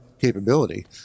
capability